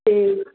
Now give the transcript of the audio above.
ਅਤੇ